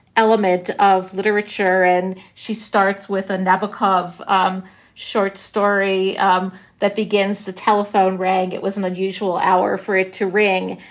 element of literature. and she starts with a nabokov um short story um that begins. the telephone rang. it was an unusual hour for it to ring.